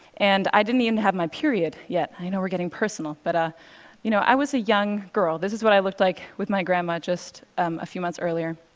and i didn't even have my period yet. i know we're getting personal, but you know i was a young girl. this is what i looked like with my grandma just a few months earlier.